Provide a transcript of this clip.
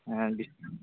dish